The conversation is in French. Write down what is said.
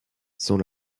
sont